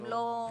אם לא קיבלנו.